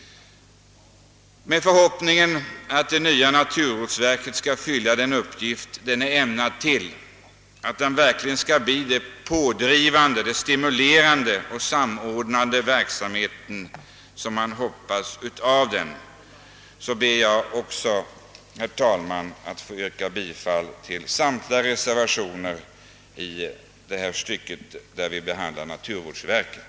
Med förhoppningen att det nya naturvårdsverket skall fylla den uppgift det är ämnat för, att det verkligen skall kunna utgöra en pådrivande, stimulerande och samordnande kraft för denna verksamhet, ber jag, herr talman, att få yrka bifall till samtliga reservationer i den punkt som behandlar naturvårdsverket.